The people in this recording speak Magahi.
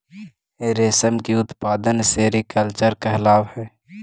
रेशम के उत्पादन सेरीकल्चर कहलावऽ हइ